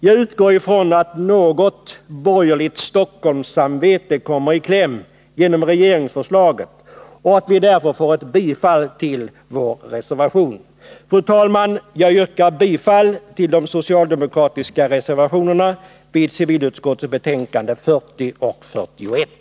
Jag utgår från att något borgerligt Stockholmssamvete kommer i kläm genom regeringsförslaget och att vi därför får ett bifall till vår reservation. Fru talman! Jag yrkar bifall till de socialdemokratiska reservationerna i civilutskottets betänkanden 40 och 41.